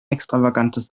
extravagantes